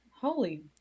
Holy